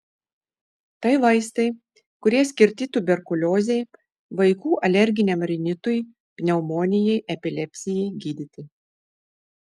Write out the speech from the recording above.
tai vaistai kurie skirti tuberkuliozei vaikų alerginiam rinitui pneumonijai epilepsijai gydyti